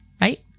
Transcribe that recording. right